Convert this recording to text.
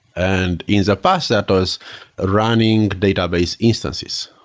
and in the past that was ah running database instances.